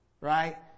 Right